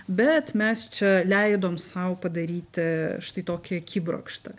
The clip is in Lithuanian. bet mes čia leidom sau padaryti štai tokį akibrokštą